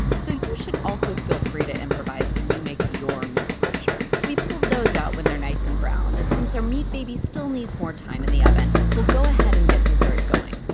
so you should also feel free to improvise when you make your meat sculpture. we pulled those out when they're nice and browned, and since our meat baby still needs more time in the oven, we'll go ahead and get dessert going.